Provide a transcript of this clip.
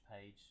page